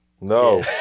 No